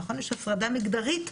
יש הפרדה מגדרית,